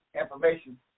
information